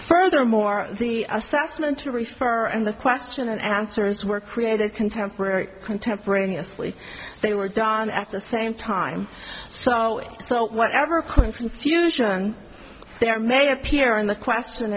furthermore the assessment to refer and the question and answers were created contemporary contemporaneously they were done at the same time so so whatever current confusion there may appear in the question